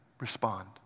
respond